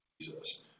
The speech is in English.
Jesus